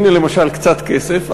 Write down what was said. הנה למשל קצת כסף,